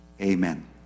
Amen